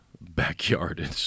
backyard